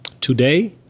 today